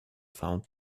found